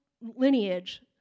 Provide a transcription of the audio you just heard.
lineage